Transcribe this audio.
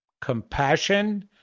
Compassion